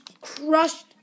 crushed